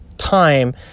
time